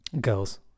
girls